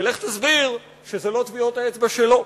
ולך תסביר שזה לא טביעות האצבע שלו.